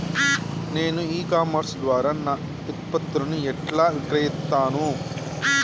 నేను e commerce ద్వారా నా ఉత్పత్తులను ఎట్లా విక్రయిత్తను?